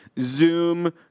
Zoom